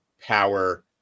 power